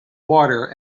water